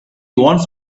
wants